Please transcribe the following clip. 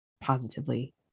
positively